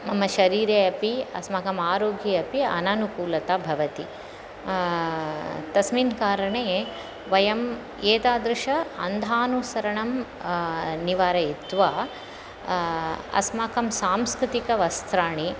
मम शरीरे अपि अस्माकम् आरोग्ये अपि अननुकुलता भवति तस्मिन् कारणे वयं एतादृशम् अन्धानुसरणं निवारयित्वा अस्माकं सांस्कृतिकवस्त्राणि